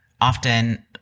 often